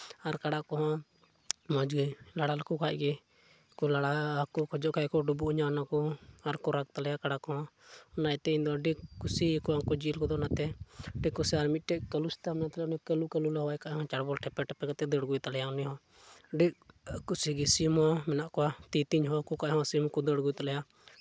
ᱟᱨ ᱠᱟᱬ ᱠᱚᱦᱚᱸ ᱢᱚᱡᱽ ᱜᱮ ᱞᱟᱲᱟ ᱞᱮᱠᱚ ᱠᱷᱟᱡ ᱜᱮ ᱠᱚ ᱞᱟᱲᱟ ᱠᱚ ᱠᱷᱚᱡᱚᱜ ᱠᱷᱟᱡ ᱠᱚ ᱰᱚᱵᱚᱜ ᱤᱧᱟ ᱚᱱᱟ ᱠᱚ ᱟᱨᱠᱚ ᱨᱟᱜᱽ ᱛᱟᱞᱮᱭᱟ ᱠᱟᱲᱟ ᱠᱚᱦᱚᱸ ᱚᱱᱟᱛᱮ ᱤᱧᱫᱚ ᱟᱹᱰᱤᱧ ᱠᱩᱥᱤ ᱟᱠᱚᱣᱟ ᱡᱤᱭᱟᱹᱞᱤ ᱠᱚ ᱚᱱᱟᱛᱮ ᱟᱹᱰᱤ ᱠᱩᱥᱤ ᱟᱨ ᱢᱤᱫᱴᱤᱡ ᱠᱟᱹᱞᱩ ᱥᱮᱛᱟ ᱢᱮᱱᱟᱭ ᱛᱟᱞᱮᱭᱟ ᱩᱱᱤ ᱠᱟᱹᱞᱩ ᱠᱟᱹᱞᱩ ᱞᱮ ᱦᱚᱦᱚᱣᱟᱭ ᱠᱟᱱ ᱪᱟᱰᱵᱚᱞ ᱴᱷᱮᱯᱮ ᱴᱷᱮᱯᱮ ᱠᱟᱛᱮᱫ ᱫᱟᱹᱲ ᱟᱹᱜᱩ ᱛᱟᱞᱮᱭᱟᱭ ᱩᱱᱤ ᱦᱚᱸ ᱟᱹᱰᱤ ᱠᱩᱥᱤ ᱥᱤᱢ ᱦᱚᱸ ᱢᱮᱱᱟᱜ ᱠᱚᱣᱟ ᱛᱤ ᱛᱤᱧ ᱦᱚᱦᱚ ᱟᱠᱚ ᱠᱷᱟᱡ ᱫᱚ ᱥᱤᱢ ᱦᱚᱸᱠᱚ ᱫᱟᱹᱲ ᱟᱹᱜᱩᱭ ᱛᱟᱞᱮᱭᱟ